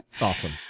Awesome